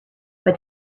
but